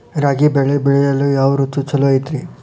ರಾಗಿ ಬೆಳೆ ಬೆಳೆಯಲು ಯಾವ ಋತು ಛಲೋ ಐತ್ರಿ?